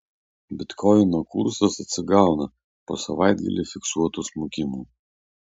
bitkoino kursas atsigauna po savaitgalį fiksuoto smukimo